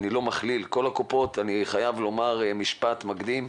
ואני לא מכליל אני חייב לומר משפט מקדים,